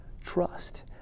trust